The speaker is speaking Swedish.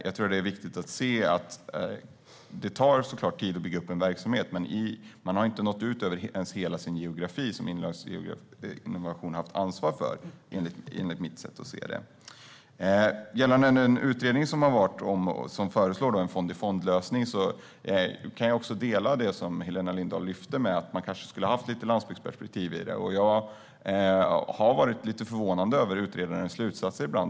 Jag tror att det är viktigt att se att det naturligtvis tar tid att bygga upp en verksamhet. Men Inlandsinnovation har inte ens nått ut över hela den geografi som man har haft ansvar för, enligt mitt sätt att se det. När det gäller den utredning som föreslår en fond-i-fond-lösning kan jag dela det som Helena Lindahl lyfter fram om att man kanske skulle ha haft lite landsbygdsperspektiv i den. Jag har ibland blivit lite förvånad över utredarens slutsatser.